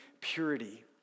purity